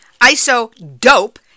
ISO-dope